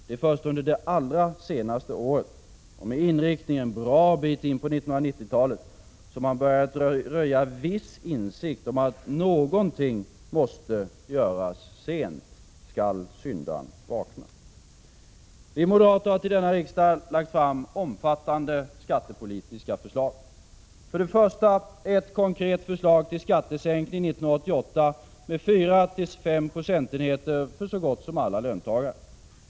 Det är först under det allra senaste året, och med inriktning en bra bit in på 1990-talet, som man börjat röja viss insikt om att någonting måste göras. Sent skall syndaren vakna. Vi moderater har till denna riksdag lagt fram omfattande skattepolitiska förslag. För det första har vi presenterat ett konkret förslag till skattesänkning 1988 med 4-5 procentenheter för så gott som alla löntagare.